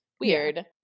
weird